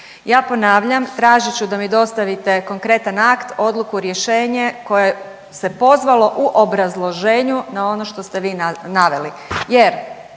Ja ponavljam, tražit ću da mi dostavite konkretan akt, odluku, rješenje koje se pozvalo u obrazloženju na ono što ste vi naveli